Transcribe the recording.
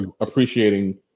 appreciating